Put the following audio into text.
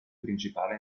principale